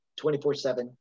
24/7